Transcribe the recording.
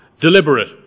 Deliberate